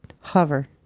Hover